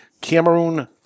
Cameroon